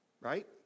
right